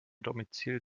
domizil